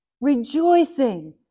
rejoicing